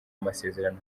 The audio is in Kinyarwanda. amasezerano